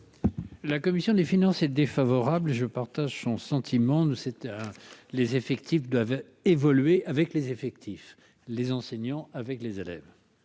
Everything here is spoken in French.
La commission des finances est défavorable et je partage son sentiment de c'était les effectifs doivent évoluer avec les effectifs les enseignants, avec les élèves.